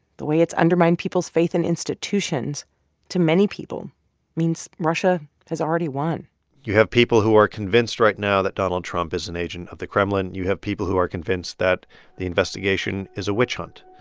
the way it's undermined people's faith in institutions to many people means russia has already won you have people who are convinced right now that donald trump is an agent of the kremlin. you have people who are convinced that the investigation is a witch hunt.